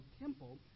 temple